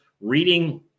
reading